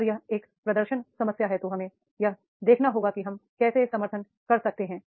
अगर यह एक प्रदर्शन समस्या है तो हमें यह देखना होगा कि हम कैसे समर्थन कर सकते हैं